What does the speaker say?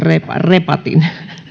repatin